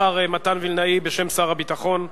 השר מתן וילנאי, בשם שר הביטחון,